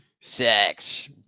sex